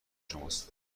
شماست